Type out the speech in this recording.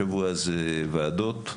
אני רוצה שתדעו אין בשבוע הזה ועדות,